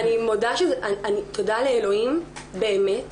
תודה לאלוהים באמת